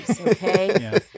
okay